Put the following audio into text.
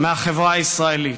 מהחברה הישראלית.